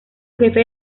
jefe